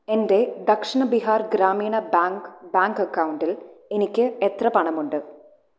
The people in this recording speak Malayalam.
എൻ്റെ ദക്ഷിണ ബിഹാർ ഗ്രാമീണ ബാങ്ക് ബാങ്ക് അക്കൗണ്ടിൽ എനിക്ക് എത്ര പണമുണ്ട്